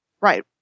Right